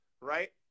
right